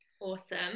awesome